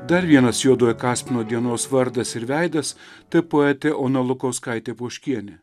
dar vienas juodojo kaspino dienos vardas ir veidas taip poetė ona lukauskaitė poškienė